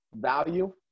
value